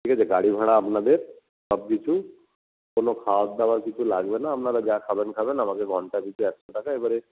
ঠিক আছে গাড়ি ভাড়া আপনাদের সব কিছুই কোনো খাবার দাবার কিছু লাগবে না আপনারা যা খাবেন খাবেন আমাকে ঘণ্টা পিছু একশো টাকা এবারে